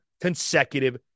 consecutive